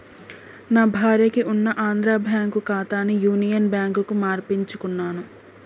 నా భార్యకి ఉన్న ఆంధ్రా బ్యేంకు ఖాతాని యునియన్ బ్యాంకుకు మార్పించుకున్నాను